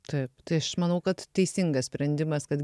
taip tai aš manau kad teisingas sprendimas kad